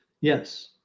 yes